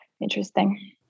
interesting